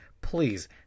please